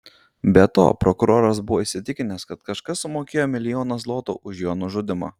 be to prokuroras buvo įsitikinęs kad kažkas sumokėjo milijoną zlotų už jo nužudymą